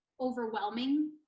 overwhelming